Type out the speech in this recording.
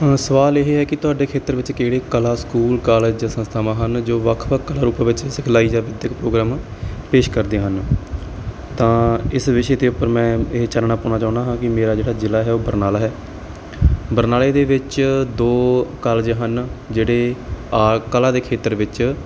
ਸਵਾਲ ਇਹ ਹੈ ਕਿ ਤੁਹਾਡੇ ਖੇਤਰ ਵਿੱਚ ਕਿਹੜੇ ਕਲਾ ਸਕੂਲ ਕਾਲਜ ਜਾਂ ਸੰਸਥਾਵਾਂ ਹਨ ਜੋ ਵੱਖ ਵੱਖ ਰੂਪ ਵਿੱਚ ਸਿਖਲਾਈ ਜਾਂ ਵਿਦਿਅਕ ਪ੍ਰੋਗਰਾਮ ਪੇਸ਼ ਕਰਦੇ ਹਨ ਤਾਂ ਇਸ ਵਿਸ਼ੇ ਦੇ ਉੱਪਰ ਮੈਂ ਇਹ ਚਾਨਣਾ ਪਾਉਣਾ ਚਾਹੁੰਦਾ ਹਾਂ ਕਿ ਮੇਰਾ ਜਿਹੜਾ ਜ਼ਿਲ੍ਹਾ ਹੈ ਉਹ ਬਰਨਾਲਾ ਹੈ ਬਰਨਾਲੇ ਦੇ ਵਿੱਚ ਦੋ ਕਾਲਜ ਹਨ ਜਿਹੜੇ ਆਹ ਕਲਾ ਦੇ ਖੇਤਰ ਵਿੱਚ